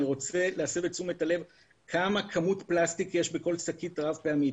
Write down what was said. אני רוצה להסב את תשומת הלב לכמות הפלסטיק שיש בכל שקית רב פעמית.